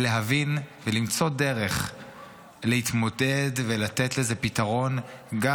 ולהבין ולמצוא דרך להתמודד ולתת לזה פתרון גם